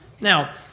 Now